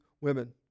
women